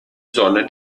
sonne